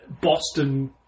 Boston